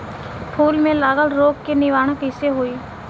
फूल में लागल रोग के निवारण कैसे होयी?